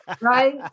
right